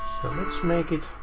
let's make it,